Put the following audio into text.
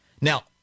Now